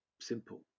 simple